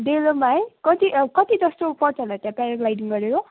डेलोमा है कति कति जस्तो पर्छ होला त्यहाँ प्याराग्लाइडिङ गरेको